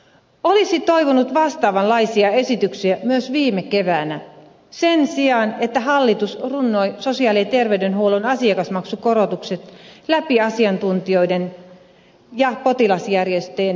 olisin toivonut vastaavanlaisia esityksiä myös viime keväänä sen sijaan että hallitus runnoi sosiaali ja terveydenhuollon asiakasmaksukorotukset läpi asiantuntijoiden ja potilasjärjestöjen mielipiteestä huolimatta